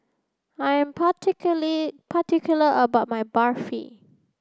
I am particular about my Barfi